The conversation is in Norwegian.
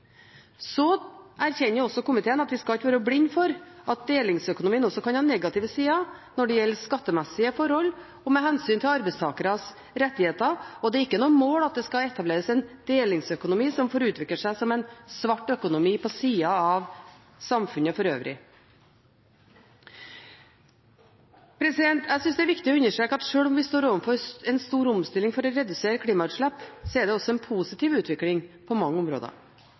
Så erkjenner komiteen at vi ikke skal være blinde for at delingsøkonomien også kan ha negative sider når det gjelder skattemessige forhold og med hensyn til arbeidstakeres rettigheter. Det er ikke noe mål at det skal etableres en delingsøkonomi som får utvikle seg som en svart økonomi på sida av samfunnet for øvrig. Jeg synes det er viktig å understreke at sjøl om vi står overfor en stor omstilling for å redusere klimautslipp, er det også en positiv utvikling på mange områder.